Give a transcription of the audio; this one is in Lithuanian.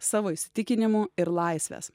savo įsitikinimų ir laisvės